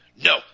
No